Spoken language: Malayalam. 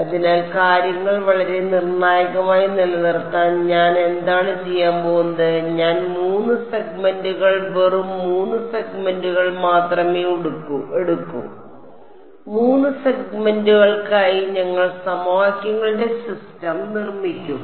അതിനാൽ കാര്യങ്ങൾ വളരെ നിർണ്ണായകമായി നിലനിർത്താൻ ഞാൻ എന്താണ് ചെയ്യാൻ പോകുന്നത് ഞാൻ 3 സെഗ്മെന്റുകൾ വെറും 3 സെഗ്മെന്റുകൾ മാത്രമേ എടുക്കൂ 3 സെഗ്മെന്റുകൾക്കായി ഞങ്ങൾ സമവാക്യങ്ങളുടെ സിസ്റ്റം നിർമ്മിക്കും